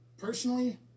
Personally